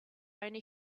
only